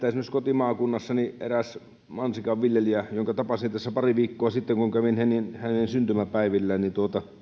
esimerkiksi kotimaakunnassani eräs mansikanviljelijä jonka tapasin tässä pari viikkoa sitten kun kävin hänen hänen syntymäpäivillään